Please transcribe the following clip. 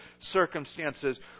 circumstances